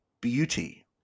beauty